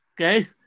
Okay